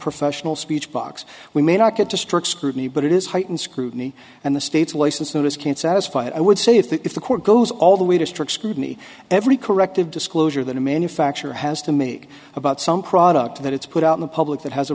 professional speech box we may not get to strict scrutiny but it is heightened scrutiny and the state's license notice can't satisfy i would say if the court goes all the way to strict scrutiny every corrective disclosure that a manufacturer has to make about some product that it's put out in the public that has a